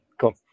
Cool